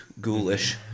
ghoulish